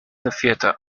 theatre